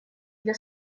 для